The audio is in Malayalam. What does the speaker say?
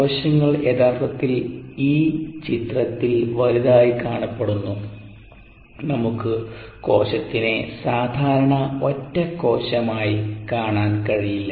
കോശങ്ങൾ യഥാർത്ഥത്തിൽ ഈ ചിത്രത്തിൽ വലുതായി കാണപ്പെടുന്നു നമുക്ക് കോശത്തിനെ സാധാരണ ഒറ്റ കോശമായി കാണാൻ കഴിയില്ല